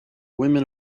women